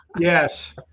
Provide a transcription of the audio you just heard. Yes